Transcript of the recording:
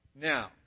Now